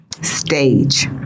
stage